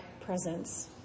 presence